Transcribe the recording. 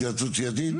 התייעצות סיעתית.